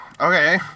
okay